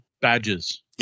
badges